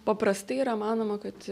paprastai yra manoma kad